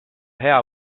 hea